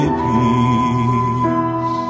peace